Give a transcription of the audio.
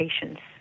patients